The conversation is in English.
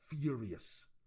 furious